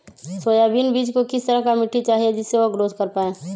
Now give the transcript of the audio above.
Soybean बीज को किस तरह का मिट्टी चाहिए जिससे वह ग्रोथ कर पाए?